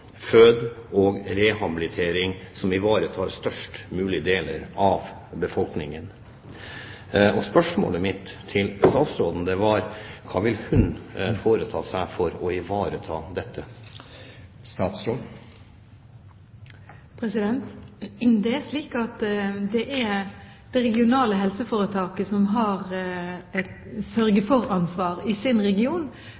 og rehabilitering som ivaretar størst mulig del av befolkningen. Spørsmålet mitt til statsråden var: Hva vil hun foreta seg for å ivareta dette? Det er slik at det er det regionale helseforetaket som har et